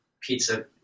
pizza